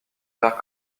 père